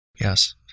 Yes